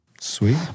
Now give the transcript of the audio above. Sweet